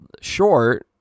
short